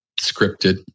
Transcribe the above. scripted